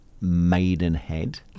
maidenhead